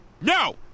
No